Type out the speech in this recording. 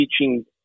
teaching